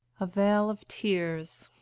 a vale of tears,